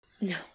No